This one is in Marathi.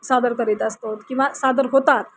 सादर करीत असतो किंवा सादर होतात